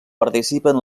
participen